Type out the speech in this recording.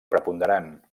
preponderant